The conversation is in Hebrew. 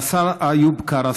והשר איוב קרא,